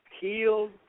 healed